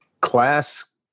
class